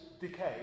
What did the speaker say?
decay